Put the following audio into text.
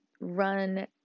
run